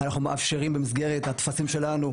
אנחנו מאפשרים במסגרת הטפסים שלנו,